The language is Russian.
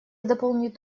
дополнит